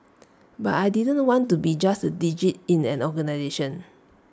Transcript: but I didn't want to be just A digit in an organisation